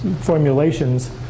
formulations